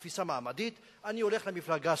תפיסה מעמדית, אני הולך למפלגה סוציאליסטית,